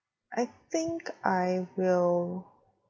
I think I will